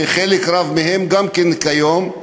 שחלק גדול מהם גם כן מכהנים כיום,